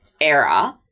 era